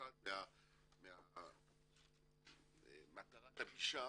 אחת ממטרות הפגישה